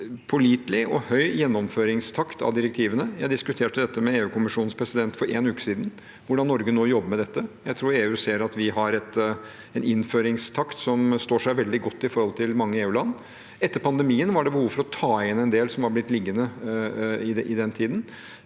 ha en pålitelig og høy gjennomføringstakt på direktivene. Jeg diskuterte dette med EU-kommisjonens president for en uke siden – hvordan Norge nå jobber med dette. Jeg tror EU ser at vi har en innføringstakt som står seg veldig godt i forhold til mange EU-land. Etter pandemien var det behov for å ta igjen en del som er blitt liggende i den tiden,